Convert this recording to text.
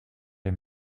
des